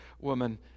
woman